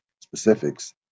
specifics